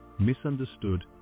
misunderstood